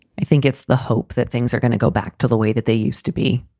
i think it's the hope that things are gonna go back to the way that they used to be.